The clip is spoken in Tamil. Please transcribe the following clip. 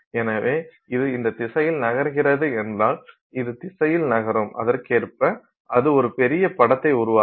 எனவே இது இந்த திசையில் நகர்கிறது என்றால் இது திசையில் நகரும் அதற்கேற்ப அது ஒரு பெரிய படத்தை உருவாக்கும்